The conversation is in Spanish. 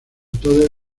toda